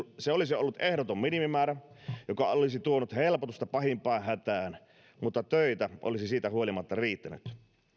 se olisi ollut ehdoton minimimäärä joka olisi tuonut helpotusta pahimpaan hätään mutta töitä olisi siitä huolimatta riittänyt